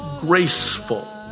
graceful